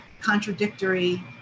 contradictory